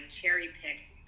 cherry-picked